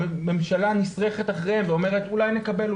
והממשלה נשרכת אחריהם ואומרת: אולי נקבל,